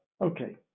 Okay